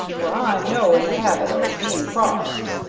for i'm no in the habit o' being crossed.